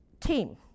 team